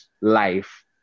life